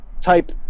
type